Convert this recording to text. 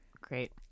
Great